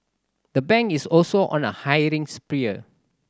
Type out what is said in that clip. the bank is also on a hiring spree